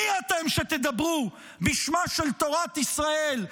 מי אתם שתדברו בשמה של תורת ישראל,